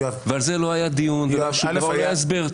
על זה לא היה דיון ולא היה הסבר.